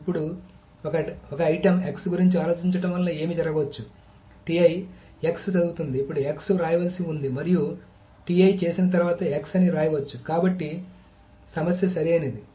ఇప్పుడు ఒక item x గురించి ఆలోచించడం వలన ఏమి జరగవచ్చు x చదువుతుంది ఇప్పుడు x వ్రాయవలసి ఉంది మరియు చేసిన తర్వాత x అని వ్రాయవచ్చు కాబట్టి సమస్య సరియైనది